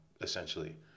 essentially